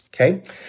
okay